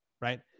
right